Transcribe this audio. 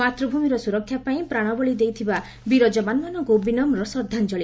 ମାତୂଭ୍ମିର ସୁରକ୍ଷାପାଇଁ ପ୍ରାଶବଳି ଦେଇଥିବା ବୀର ଯବାନମାନଙ୍ଙୁ ବିନମ୍ର ଶ୍ରଦ୍ଧାଞଳି